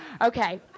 Okay